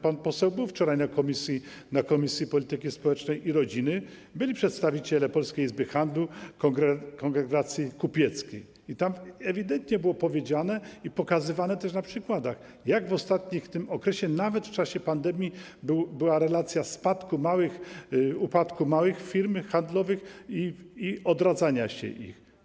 Pan poseł był wczoraj na posiedzeniu Komisji Polityki Społecznej i Rodziny, byli przedstawiciele Polskiej Izby Handlu, kongregacji kupieckiej i tam ewidentnie było powiedziane i pokazywane na przykładach, jaka w tym okresie, nawet w czasie pandemii, była relacja upadku małych firm handlowych i odradzania się ich.